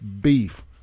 Beef